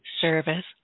service